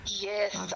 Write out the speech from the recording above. Yes